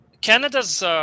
Canada's